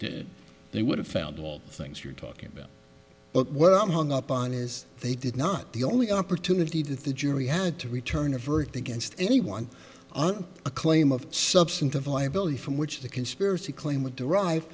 did they would have found all the things you're talking about but what i'm hung up on is they did not the only opportunity that the jury had to return a verdict against anyone on a claim of substantive liability from which the conspiracy claim would derive